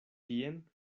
tien